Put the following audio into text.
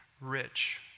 rich